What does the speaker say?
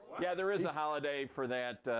yeah, there is a holiday for that.